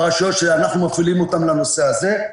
רשויות שאנחנו מפעילים אותן לנושא הזה.